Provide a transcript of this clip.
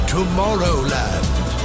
Tomorrowland